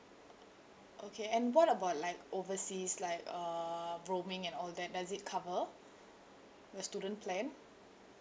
okay and what about like overseas like uh roaming and all that does it cover the student plan